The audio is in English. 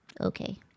Okay